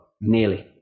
Nearly